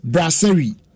Brasserie